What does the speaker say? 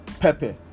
pepe